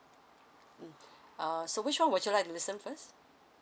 mm uh so which one would you like to listen first